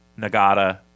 Nagata –